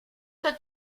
suo